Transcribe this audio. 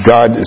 God